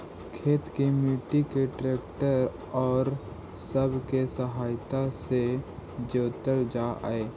खेत के मट्टी के ट्रैक्टर औउर सब के सहायता से जोतल जा हई